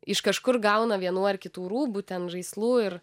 iš kažkur gauna vienų ar kitų rūbų ten žaislų ir